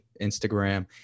Instagram